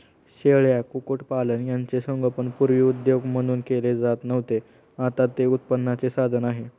शेळ्या, कुक्कुटपालन यांचे संगोपन पूर्वी उद्योग म्हणून केले जात नव्हते, आता ते उत्पन्नाचे साधन आहे